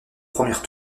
première